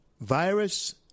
virus